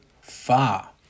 far